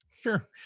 Sure